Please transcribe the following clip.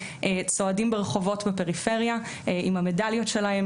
צועדים ברחובות בפרפריה עם המדליות שלהם,